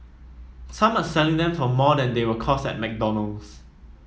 some are selling them for more than they will cost at McDonald's